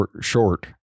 short